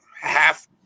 half –